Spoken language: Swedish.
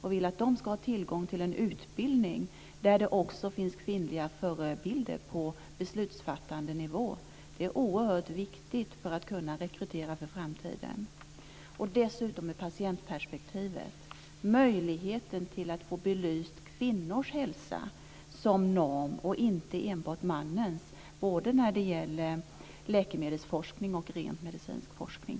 Vi vill att de ska tillgång till en utbildning där det också finns kvinnliga förebilder på beslutsfattande nivå. Detta är oerhört viktigt för möjligheterna att rekrytera för framtiden. Dels har vi patientperspektivet och möjligheten att få belyst kvinnors hälsa som norm, alltså inte enbart mannens. Det gäller då både läkemedelsforskning och rent medicinsk forskning.